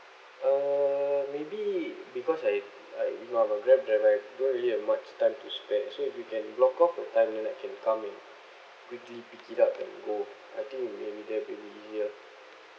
uh maybe because I I you know I'm a grab driver I don't really have much time to spend so if you can block off the time then I can come in quickly pick it up and go I think maybe that will be easier